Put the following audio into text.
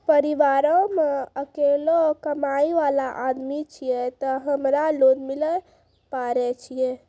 परिवारों मे अकेलो कमाई वाला आदमी छियै ते हमरा लोन मिले पारे छियै?